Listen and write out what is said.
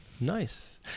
Nice